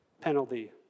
penalty